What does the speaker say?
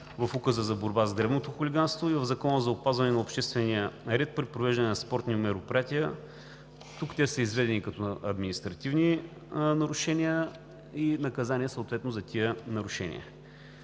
в Указа за борба с дребното хулиганство и в Закона за опазване на обществения ред при провеждане на спортни мероприятия. Тук те са изведени като административни нарушения и съответно наказания за тези нарушения.